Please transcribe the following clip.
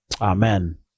amen